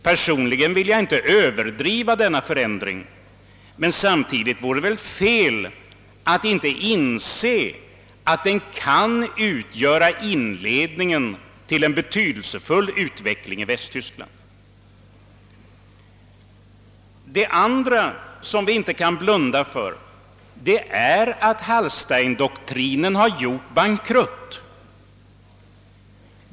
Personligen vill jag inte överdriva betydelsen av denna förändring, men jag tror att det vore felaktigt att inte inse att den kan utgöra inledningen till en betydelsefull utveckling i Västtyskland. Vi kan inte blunda för att Hallsteindoktrinen gjort bankrutt.